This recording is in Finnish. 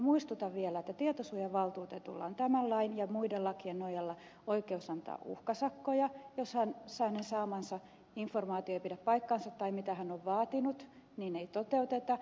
muistutan vielä että tietosuojavaltuutetulla on tämän lain ja muiden lakien nojalla oikeus antaa uhkasakkoja jos hänen saamansa informaatio ei pidä paikkaansa tai sitä mitä on vaatinut ei toteuteta